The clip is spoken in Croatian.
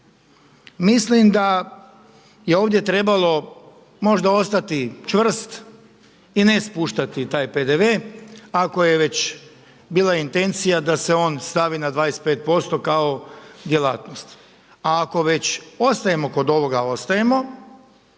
Mislim da je ovdje trebalo možda ostati čvrst i ne spuštati taj PDV ako je već bila intencija da se on stavi na 25% kao djelatnost. A ako već ostajemo kod ovoga, ostajemo